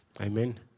Amen